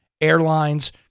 airlines